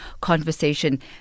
conversation